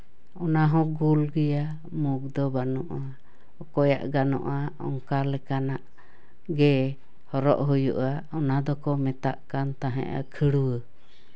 ᱚᱱᱟᱦᱚᱸ ᱜᱳᱞ ᱜᱮᱭᱟ ᱢᱩᱠᱷ ᱫᱚ ᱵᱟᱹᱱᱩᱜᱼᱟ ᱚᱠᱚᱭᱟᱜ ᱜᱟᱱᱚᱜᱼᱟ ᱚᱱᱠᱟ ᱞᱮᱠᱟᱱᱟᱜ ᱜᱮ ᱦᱚᱨᱚᱜ ᱦᱩᱭᱩᱜᱼᱟ ᱚᱱᱟ ᱫᱚᱠᱚ ᱢᱮᱛᱟᱜ ᱠᱟᱱ ᱛᱟᱦᱮᱸᱫᱼᱟ ᱠᱷᱟᱹᱲᱣᱟᱹ